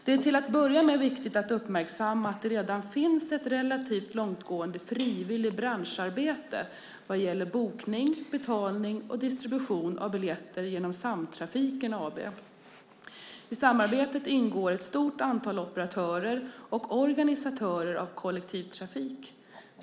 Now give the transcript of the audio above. Det är till att börja med viktigt att uppmärksamma att det redan finns ett relativt långtgående frivilligt branschsamarbete vad gäller bokning, betalning och distribution av biljetter genom Samtrafiken AB. I samarbetet ingår ett stort antal operatörer och organisatörer av kollektivtrafik.